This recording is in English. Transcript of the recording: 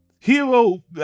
hero